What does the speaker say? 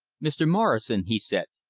mr. morrison, he said,